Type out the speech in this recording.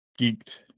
geeked